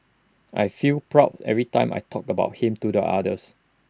I feel proud every time I talk about him to the others